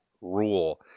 Rule